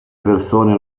persone